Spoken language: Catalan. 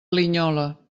linyola